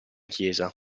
chiesa